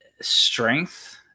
strength